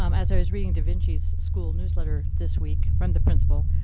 um as i was reading da vinci's school newsletter this week, from the principal,